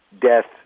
death